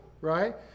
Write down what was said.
right